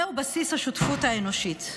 זהו בסיס השותפות האנושית.